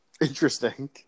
Interesting